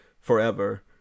forever